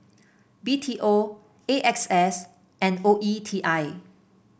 B T O A X S and O E T I